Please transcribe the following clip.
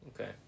Okay